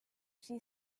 she